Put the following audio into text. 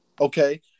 Okay